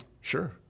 Sure